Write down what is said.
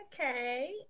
Okay